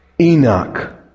Enoch